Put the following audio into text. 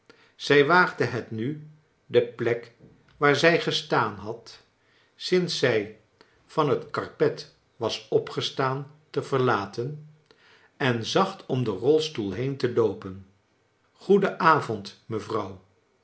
zij waagde het nu de plek waar zij gestaan had sinds zij van het karpet was opgestaan te verlaten en zacht om den rolstoel neen te loopen goeden avond mevrouw